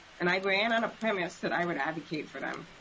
and i ran on a premise that i would advocate for them.